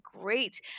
great